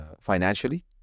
financially